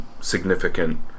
significant